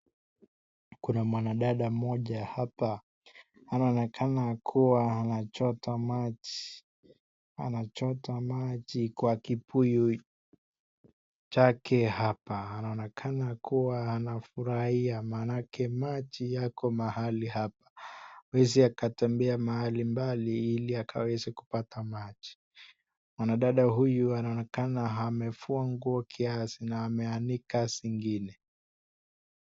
Kuna mwanadada mmoja hapa anaonekana kuwa anachota maji .Anachota maji kwa kibuyu chake hapa anaonekana kuwa anafurahia maanake maji yako mahali hapa. Hawezi akatembea mahali mbali ili akaweze kupata maji .Mwanadada huyu anaonekana amefua nguo kiasi na ameanika zingine.